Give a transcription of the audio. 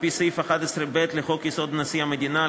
על-פי סעיף 11(ב) לחוק-יסוד: נשיא המדינה,